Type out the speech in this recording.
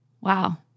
Wow